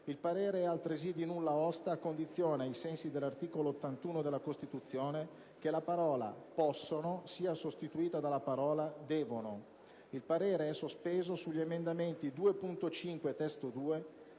il parere è altresì di nulla osta a condizione, ai sensi dell'articolo 81 della Costituzione, che la parola: "possono" sia sostituita dalla parola: "devono". Il parere è sospeso sugli emendamenti 2.5 (testo 2),